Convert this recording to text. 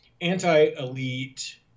anti-elite